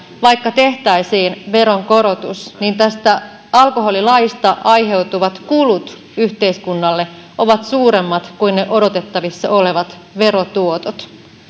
vaikka tehtäisiin veronkorotus niin tästä alkoholilaista aiheutuvat kulut yhteiskunnalle ovat suuremmat kuin ne odotettavissa olevat verotuotot